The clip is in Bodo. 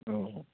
औ